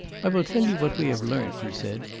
i will tell you what we have learnt, he said,